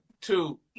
two